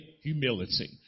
humility